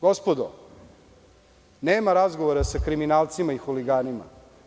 Gospodo, nema razgovora sa kriminalcima i huliganima.